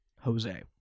Jose